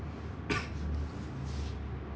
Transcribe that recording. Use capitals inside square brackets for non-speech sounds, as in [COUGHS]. [COUGHS]